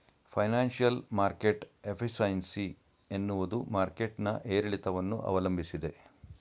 financial market efficiency ಎನ್ನುವುದು market ನ ಏರಿಳಿತವನ್ನು ಅವಲಂಬಿಸಿದೆ